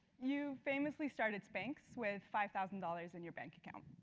you famously started spanx with five thousand dollars in your bank account.